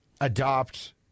adopt